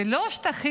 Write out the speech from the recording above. זה לא השטחים,